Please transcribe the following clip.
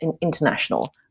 international